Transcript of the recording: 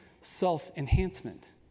self-enhancement